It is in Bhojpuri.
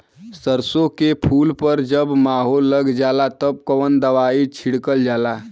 सरसो के फूल पर जब माहो लग जाला तब कवन दवाई छिड़कल जाला?